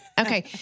Okay